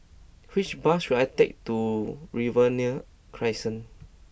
which bus should I take to Riverina Crescent